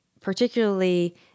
particularly